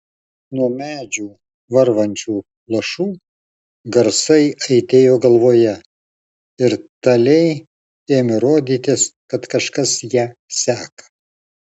nuo medžių varvančių lašų garsai aidėjo galvoje ir talei ėmė rodytis kad kažkas ją seka